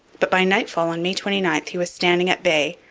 but by nightfall on may twenty nine he was standing at bay,